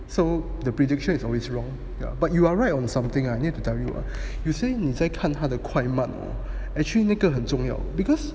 so the prediction is always wrong ya but you are right on something I need to tell you you say 你在看他的快慢 hor actually 那个很重要 because